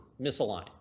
misaligned